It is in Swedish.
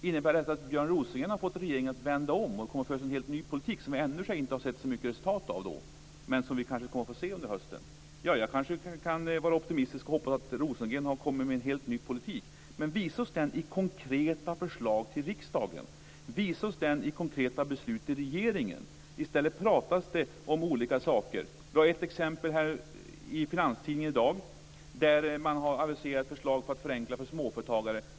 Innebär detta att Björn Rosengren fått regeringen att vända om och att det kommer att föras en helt ny politik, som vi ännu inte har sett så mycket resultat av, men som vi kanske kommer att få se under hösten? Jag kanske kan vara optimistisk och hoppas att Rosengren kommer med en helt ny politik. Men visa oss den konkret som förslag till riksdagen! Visa oss den i konkreta beslut i regeringen! I stället pratas det om olika saker. Jag har ett exempel i Finanstidningen i dag. Regeringen har aviserat förslag på att förenkla för småföretagare.